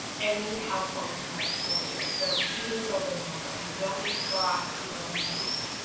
any household cleaner will do. so, even soap and water, you don't need clorox, you don't need bleach.